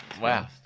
Wow